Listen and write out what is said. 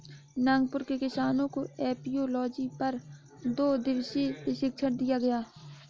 नागपुर के किसानों को एपियोलॉजी पर दो दिवसीय प्रशिक्षण दिया गया